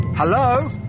Hello